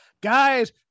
guys